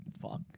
fuck